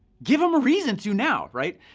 give them a reason to now, right?